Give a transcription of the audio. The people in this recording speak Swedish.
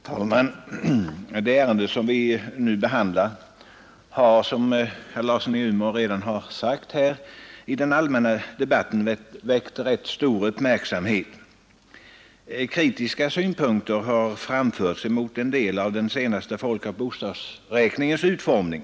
Herr talman! Det ärende som vi nu behandlar har, som herr Larsson i Umeå redan sagt, i den allmänna debatten väckt rätt stor uppmärksamhet. Kritiska synpunkter har framförts emot en del av den senaste folkoch bostadsräkningens utformning.